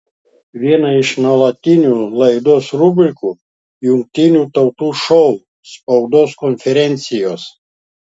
viena iš nuolatinių laidos rubrikų jungtinių tautų šou spaudos konferencijos